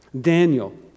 Daniel